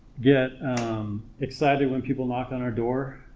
get excited when people knock on our door